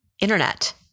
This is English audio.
internet